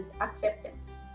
acceptance